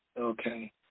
Okay